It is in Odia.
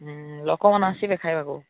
ହୁଁ ଲୋକମାନେ ଆସିବେ ଖାଇବାକୁ